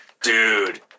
Dude